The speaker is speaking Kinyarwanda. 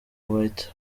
white